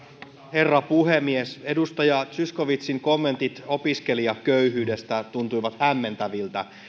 herra puhemies edustaja zyskowiczin kommentit opiskelijaköyhyydestä tuntuivat hämmentäviltä